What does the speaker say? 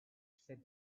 said